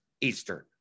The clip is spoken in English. Eastern